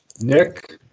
Nick